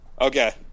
Okay